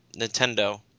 Nintendo